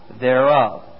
thereof